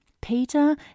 Peter